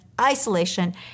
isolation